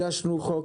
הגשנו חוק